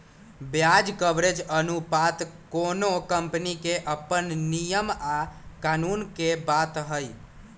ब्याज कवरेज अनुपात कोनो कंपनी के अप्पन नियम आ कानून के बात हई